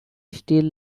still